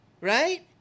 Right